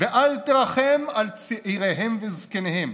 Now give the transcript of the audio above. ואל תרחם על צעיריהם וזקניהם,